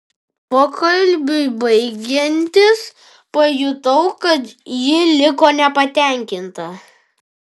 pokalbiui baigiantis pajutau kad ji liko nepatenkinta